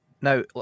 Now